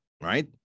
right